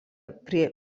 prie